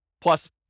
plus